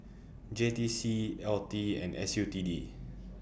J T C L T and S U T D